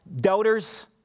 doubters